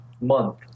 month